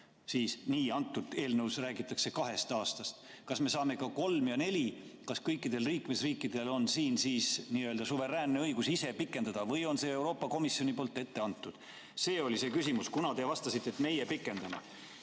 pikendada? Antud eelnõus räägitakse kahest aastast, aga kas me saame ka kolm ja neli? Kas kõikidel liikmesriikidel on siin suveräänne õigus ise pikendada? Või on see Euroopa Komisjoni poolt ette antud? See oli see küsimus, kuna te vastasite, et meie pikendame.